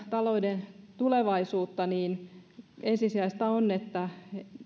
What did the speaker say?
talouden tulevaisuutta niin ensisijaista on että